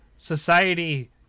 Society